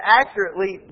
accurately